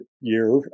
year